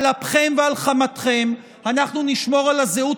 על אפכם ועל חמתכם אנחנו נשמור על הזהות